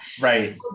Right